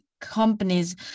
companies